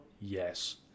yes